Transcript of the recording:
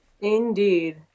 Indeed